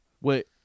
Wait